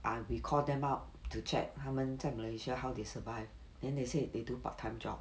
ah we call them up to check 他们在 malaysia how they survive then they say they do part time job